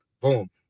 boom